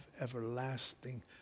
everlasting